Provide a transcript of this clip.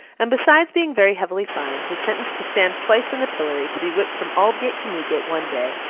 and besides being very heavily fined, was sentenced to stand twice in the pillory, to be whipped from aldgate to newgate one day,